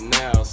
now